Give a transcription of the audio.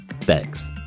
Thanks